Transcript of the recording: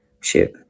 Shoot